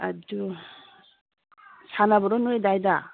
ꯑꯗꯨ ꯁꯥꯅꯕꯔꯣ ꯅꯣꯏ ꯑꯗꯥꯏꯗ